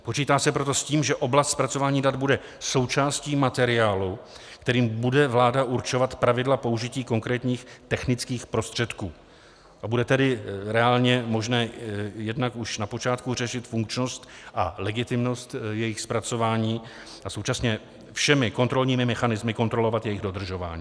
Počítá se proto s tím, že oblast zpracování dat bude součástí materiálu, kterým bude vláda určovat pravidla použití konkrétních technických prostředků, a bude tedy reálně možné jednak už na počátku řešit funkčnost a legitimnost jejich zpracování a současně všemi kontrolními mechanismy kontrolovat jejich dodržování.